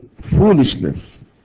foolishness